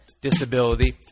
disability